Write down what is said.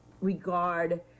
regard